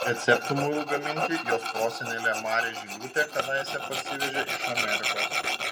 receptų muilui gaminti jos prosenelė marė žiliūtė kadaise parsivežė iš amerikos